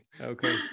okay